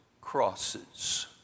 crosses